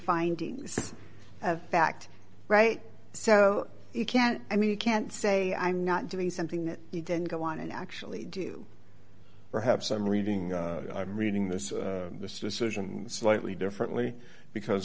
findings of fact right so you can't i mean you can't say i'm not doing something that you didn't go on and actually do perhaps i'm reading i'm reading this this decision slightly differently because